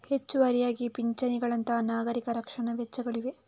ಹೆಚ್ಚುವರಿಯಾಗಿ ಪಿಂಚಣಿಗಳಂತಹ ನಾಗರಿಕ ರಕ್ಷಣಾ ವೆಚ್ಚಗಳಿವೆ